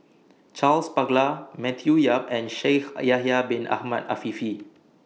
Charles Paglar Matthew Yap and Shaikh Yahya Bin Ahmed Afifi